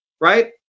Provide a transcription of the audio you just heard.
right